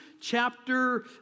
chapter